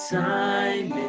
time